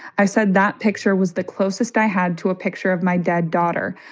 i said that picture was the closest i had to a picture of my dead daughter.